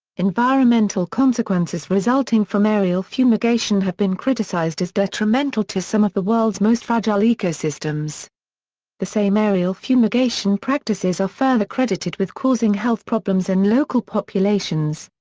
environmental consequences resulting from aerial fumigation have been criticized as detrimental to some of the world's most fragile ecosystems the same aerial fumigation practices are further credited with causing health problems in local populations.